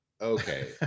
okay